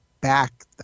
back